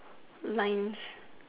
lines